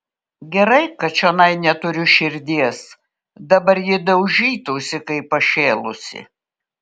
gerai kad čionai neturiu širdies dabar ji daužytųsi kaip pašėlusi